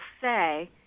say